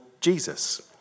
Jesus